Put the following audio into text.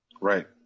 Right